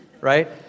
right